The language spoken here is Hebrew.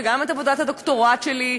וגם את עבודת הדוקטורט שלי,